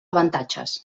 avantatges